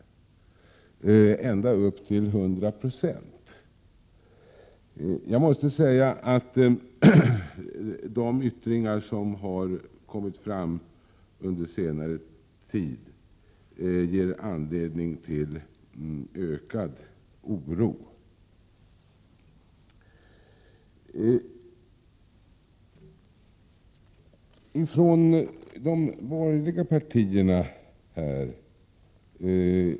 Det handlar om hyreshöjningar med ända upp till 100 96. Jag måste säga att de yttringar som under senare tid har framkommit ger anledning till ökad oro.